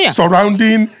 surrounding